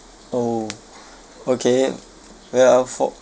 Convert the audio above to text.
oh okay well for